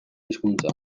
hizkuntza